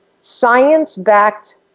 science-backed